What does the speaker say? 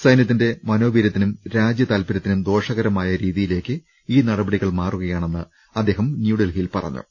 സൈനൃത്തിന്റെ മനോവീരൃത്തിനും രാജൃതാത്പരൃ ത്തിനും ദോഷകരമായ രീതിയിലേക്ക് ഈ നടപടികൾ മാറുകയാണെന്ന് അദ്ദേഹം ന്യൂഡൽഹിയിൽ പറഞ്ഞു